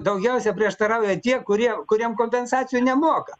daugiausia prieštarauja tie kurie kuriem kompensacijų nemoka